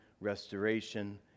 restoration